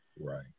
right